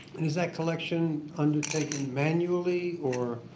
is that collection undertaken manually or?